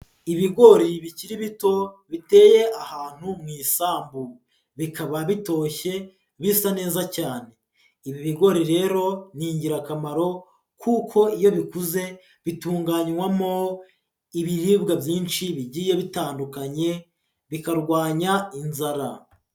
Ibigori bikiri bito biteye ahantu mu isambu, bikaba bitoshye bisa neza cyane, ibi bigori rero ni ingirakamaro, kuko iyo bikuze bitunganywamo ibiribwa byinshi bigiye bitandukanye, bikarwanya inzara.